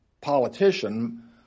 politician